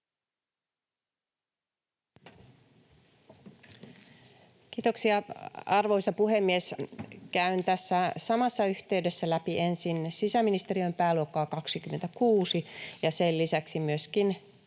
Kiitoksia, arvoisa puhemies! Käyn tässä samassa yhteydessä läpi ensin sisäministeriön pääluokkaa 26 ja sen lisäksi myöskin